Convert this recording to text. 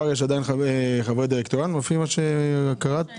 בחברת מפא"ר